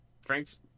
Frank's